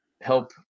help